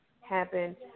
happen